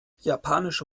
japanische